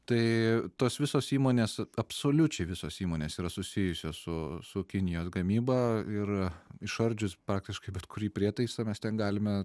tai tos visos įmonės absoliučiai visos įmonės yra susijusios su su kinijos gamyba ir išardžius praktiškai bet kurį prietaisą mes ten galime